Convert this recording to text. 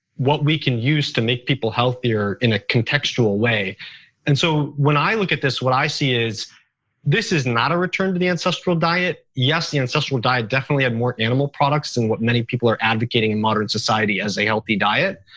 what we can use to make people healthier in a contextual way and so when i look at this, what i see is this is not a return to the ancestral diet. yes, the ancestral diet definitely had more animal products than what many people are advocating in modern society as a healthy diet.